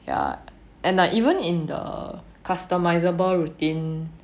ya and like even in the customisable routine